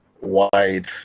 wide